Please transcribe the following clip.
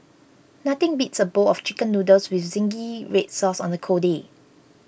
nothing beats a bowl of Chicken Noodles with Zingy Red Sauce on a cold day